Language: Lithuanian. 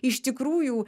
iš tikrųjų